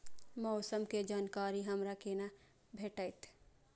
मौसम के जानकारी हमरा केना भेटैत?